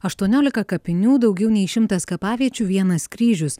aštuoniolika kapinių daugiau nei šimtas kapaviečių vienas kryžius